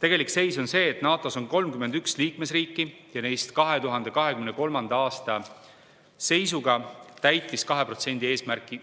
Tegelik seis on see, et NATO-s on 31 liikmesriiki ja 2023. aasta seisuga täitis 2% eesmärki